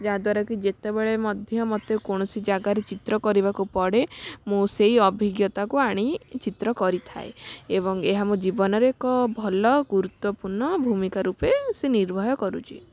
ଯାହାଦ୍ୱାରା କି ଯେତେବେଳେ ମଧ୍ୟ ମୋତେ କୌଣସି ଜାଗାରେ ଚିତ୍ର କରିବାକୁ ପଡ଼େ ମୁଁ ସେଇ ଅଭିଜ୍ଞତାକୁ ଆଣି ଚିତ୍ର କରିଥାଏ ଏବଂ ଏହା ମୋ ଜୀବନରେ ଏକ ଭଲ ଗୁରୁତ୍ଵପୂର୍ଣ୍ଣ ଭୂମିକା ରୂପେ ସେ ନିର୍ବାହ କରୁଛି